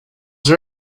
seen